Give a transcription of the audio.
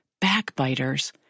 backbiters